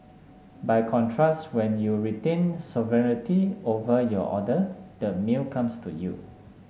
by contrast when you retain sovereignty over your order the meal comes to you